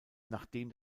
nachdem